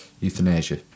Euthanasia